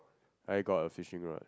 I got a fishing rod